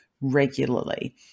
regularly